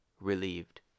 relieved